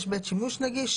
בית שימוש נגיש.